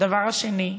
הדבר השני,